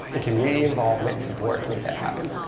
and community involvement and support to make that happen.